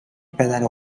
پدر